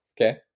Okay